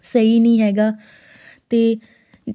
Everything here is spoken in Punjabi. ਸਹੀ ਨਹੀਂ ਹੈਗਾ ਅਤੇ